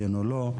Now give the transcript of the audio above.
כן או לא?